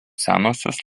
senosios